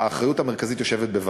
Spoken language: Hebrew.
האחריות המרכזית יושבת בוות"ת.